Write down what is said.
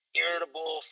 irritable